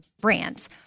brands